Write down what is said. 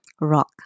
Rock